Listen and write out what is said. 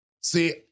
See